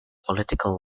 political